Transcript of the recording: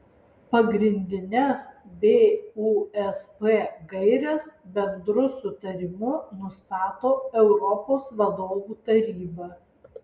pagrindines busp gaires bendru sutarimu nustato europos vadovų taryba